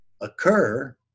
occur